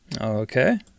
Okay